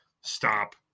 stop